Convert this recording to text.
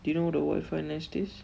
do you know what the Wi-Fi nest is